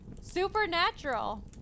supernatural